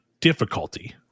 difficulty